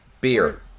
beer